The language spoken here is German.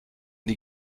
die